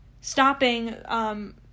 stopping